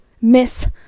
Miss